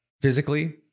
physically